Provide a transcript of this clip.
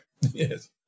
Yes